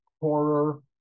horror